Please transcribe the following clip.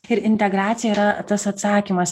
ir integracija yra tas atsakymas